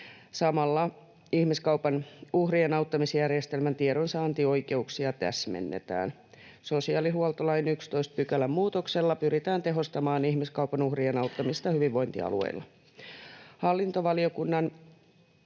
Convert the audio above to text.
Samalla ihmiskaupan uhrien auttamisjärjestelmän tiedonsaantioikeuksia täsmennetään. Sosiaalihuoltolain 11 §:n muutoksella pyritään tehostamaan ihmiskaupan uhrien auttamista hyvinvointialueilla.